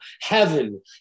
heaven